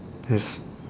yes